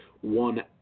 one